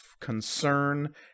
concern